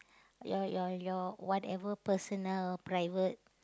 your your your whatever personal private